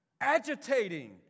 agitating